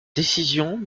décision